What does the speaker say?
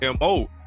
MO